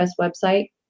website